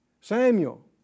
Samuel